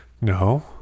No